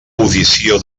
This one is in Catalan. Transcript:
audició